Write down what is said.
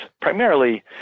primarily